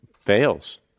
fails